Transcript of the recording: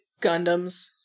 Gundams